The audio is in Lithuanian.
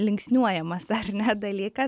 linksniuojamas ar ne dalykas